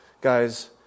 guys